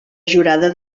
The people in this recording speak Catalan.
jurada